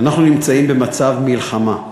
אנחנו נמצאים במצב מלחמה.